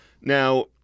Now